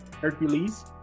Hercules